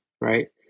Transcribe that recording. right